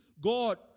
God